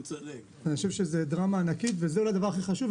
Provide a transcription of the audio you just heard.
חושב שזה דרמה ענקית וזה אולי הדבר הכי חשוב.